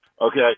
Okay